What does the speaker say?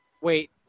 wait